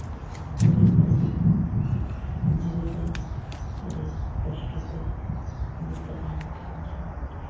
ᱠᱩᱲᱤ ᱦᱚᱯᱚᱱᱟᱜ ᱡᱤᱣᱤ ᱫᱚ ᱟᱹᱰᱤ ᱠᱚᱥᱴᱚᱛᱮ ᱵᱤᱛᱟᱹᱜᱼᱟ